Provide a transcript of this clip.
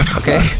okay